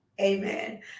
Amen